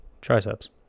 triceps